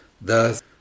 thus